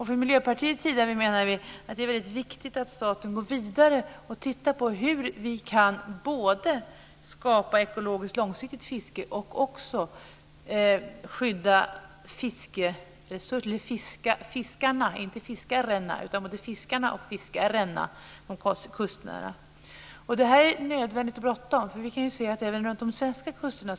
Från Miljöpartiets sida menar vi att det är väldigt viktigt att staten går vidare och tittar på hur vi kan både skapa ett ekologiskt långsiktigt fiske och skydda fiskarna och de kustnära fiskarna. Detta är nödvändigt, och det är bråttom. Vi kan se att utfiskningen ökar även runt de svenska kusterna.